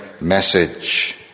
message